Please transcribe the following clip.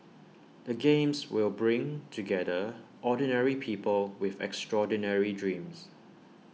the games will bring together ordinary people with extraordinary dreams